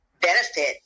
benefit